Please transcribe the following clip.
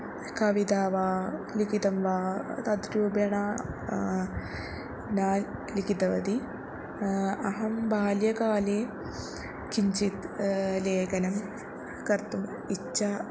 कविता वा लिखितं वा तत् रूपेण न लिखितवती अहं बाल्यकाले किञ्चित् लेखनं कर्तुम् इच्छा